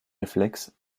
réflexe